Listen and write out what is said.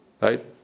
right